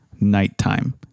nighttime